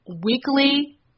weekly